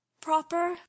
proper